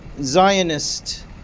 Zionist